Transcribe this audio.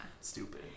stupid